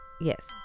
yes